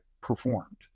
performed